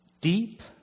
Deep